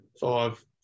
five